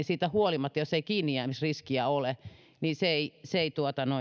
siitä huolimatta jos ei kiinnijäämisriskiä ole niin se ei se ei